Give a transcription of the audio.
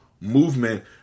movement